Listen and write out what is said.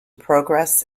progress